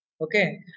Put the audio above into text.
Okay